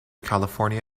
california